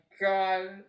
God